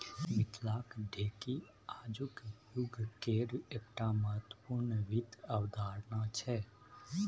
मिथिलाक ढेकी आजुक युगकेर एकटा महत्वपूर्ण वित्त अवधारणा छै